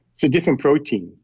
it's a different protein.